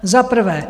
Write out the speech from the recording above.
Za prvé.